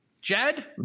Jed